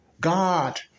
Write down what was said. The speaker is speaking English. God